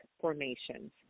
formations